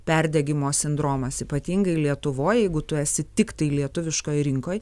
perdegimo sindromas ypatingai lietuvoj jeigu tu esi tiktai lietuviškoj rinkoj